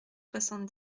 soixante